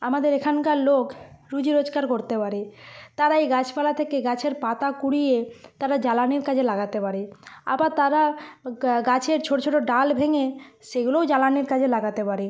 আমাদের এখানকার লোক রুজি রোজগার করতে পারে তারা এই গাছপালা থেকে গাছের পাতা কুড়িয়ে তারা জ্বালানির কাজে লাগাতে পারে আবার তারা গাছের ছোট ছোট ডাল ভেঙে সেগুলোও জ্বালানির কাজে লাগাতে পারে